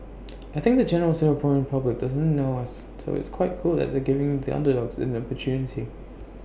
I think the general Singaporean public doesn't know us so it's quite cool that they're giving the underdogs an opportunity